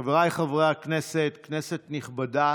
חבריי חברי הכנסת, כנסת נכבדה,